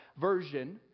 version